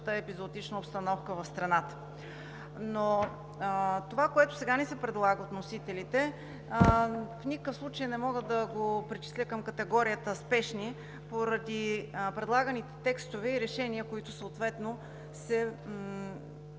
епизоотична обстановка в страната от миналата година. Това, което сега ни се предлага от вносителите, в никакъв случай не мога да го причисля към категорията „спешни“ поради предлаганите текстове и решения, които съответно се